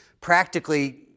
practically